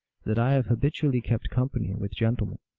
that i have habitually kept company with gentlemen.